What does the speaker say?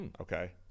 Okay